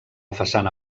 façana